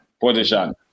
position